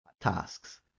tasks